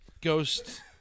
Ghost